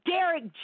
Derek